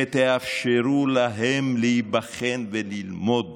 ותאפשרו להם להיבחן וללמוד